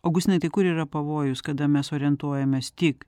augustinai tik kur yra pavojus kada mes orientuojamės tik